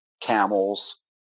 camels